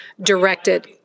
directed